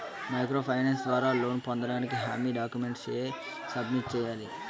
Micro finance ద్వారా loan పొందటానికి హామీ డాక్యుమెంట్స్ ఎం సబ్మిట్ చేయాలి?